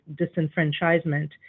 disenfranchisement